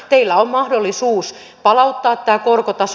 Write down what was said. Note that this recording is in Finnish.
teillä on mahdollisuus palauttaa tämä korkotaso